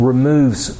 Removes